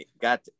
got